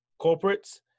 corporates